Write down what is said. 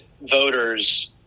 voters